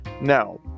now